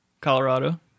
Colorado